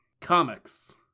comics